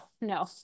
no